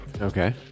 Okay